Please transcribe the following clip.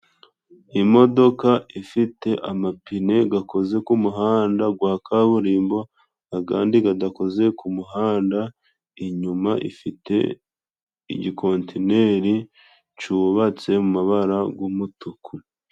Imodoka ifite amapine gakoze ku muhanda gwa kaburimbo, agandi gadakoze ku muhanda. Inyuma ifite igikontineri cubatse mu mabara g'umutuku.